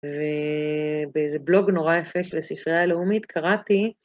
ובאיזה בלוג נורא יפה של ספרייה לאומית קראתי